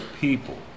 people